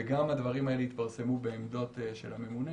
הדברים האלה התפרסמו בעמדות של הממונה